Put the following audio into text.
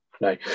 no